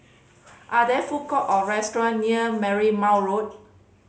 are there food court or restaurant near Marymount Road